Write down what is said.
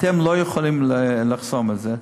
אתם לא יכולים לחסום את זה.